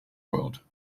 world